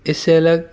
اس سے الگ